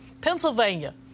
Pennsylvania